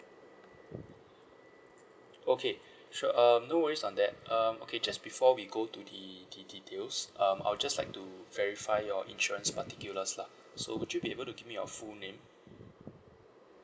okay sure um no worries on that um okay just before we go to the the details um I'll just like to verify your insurance particulars lah so would you be able to give me your full name